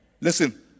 Listen